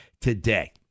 today